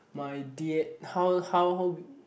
my d_n how how